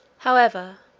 however,